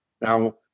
Now